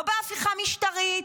לא בהפיכה משטרית,